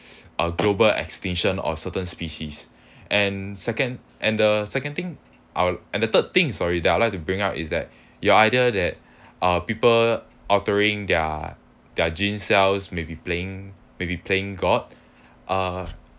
a global extinction of certain species and second and the second thing I'll and the third thing sorry that I would like to bring up is that you're either that uh people altering their their gene cells may be playing maybe playing god uh